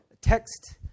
text